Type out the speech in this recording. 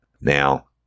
Now